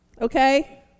Okay